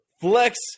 flex